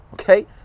Okay